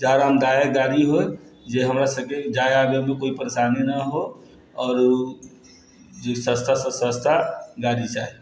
जे आरामदाएक गाड़ी होयत जे हमरा सभकेँ जाय आबयमे कोइ परेशानी नहि होयत आओर ओ जो सस्ता से सस्ता गाड़ी चाही